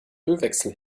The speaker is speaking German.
ölwechsel